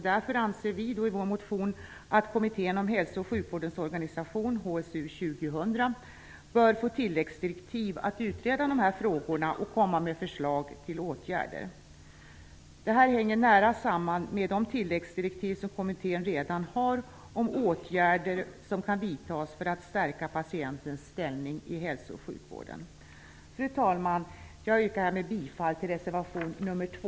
Därför anser vi i vår motion att Kommittén om hälso och sjukvårdens organisation, HSU 2000, bör få tilläggsdirektiv att utreda dessa frågor och komma med förslag till åtgärder. Detta hänger nära samman med det tilläggsdirektiv som kommittén redan har om åtgärder som kan vidtas för att stärka patientens ställning i hälso och sjukvården. Fru talman! Jag yrkar härmed bifall till reservation nr 2.